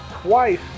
twice